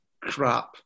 crap